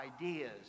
ideas